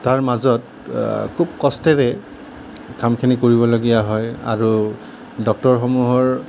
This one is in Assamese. তাৰ মাজত খুব কষ্টেৰে কামখিনি কৰিবলগীয়া হয় আৰু ডক্তৰসমূহৰ